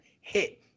hit